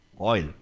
oil